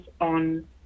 on